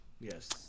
Yes